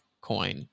coin